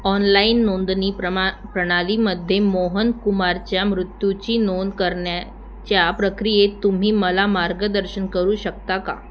online नोंदणी प्रमा प्रणालीमध्ये मोहन कुमारच्या मृत्यूची नोंद करण्याच्या प्रक्रियेत तुम्ही मला मार्गदर्शन करू शकता का